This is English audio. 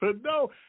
No